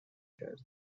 بلافاصله